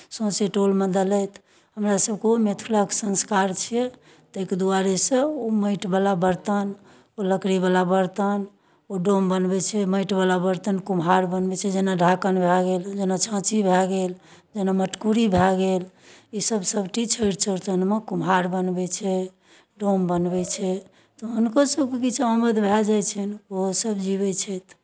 सौँसै टोलमे देलथि हमरासभके ओ मिथिलाके संस्कार छियै ताहिके दुआरेसँ ओ माटिवला बर्तन लकड़ीवला बर्तन ओ डोम बनबै छै माइटवला बर्तन कुम्हार बनबै छै जेना ढाकन भए गेल जेना छाँछी भए गेल जेना मटकुरी भए गेल ईसभ सभटी छठि चौड़चनमे कुम्हार बनबै छै डोम बनबै छै तऽ हुनकोसभके किछु आमद भए जाइ छनि ओहोसभ जीबै छथि